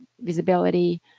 visibility